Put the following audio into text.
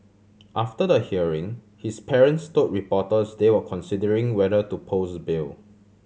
after the hearing his parents told reporters they were considering whether to pose bail